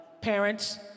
parents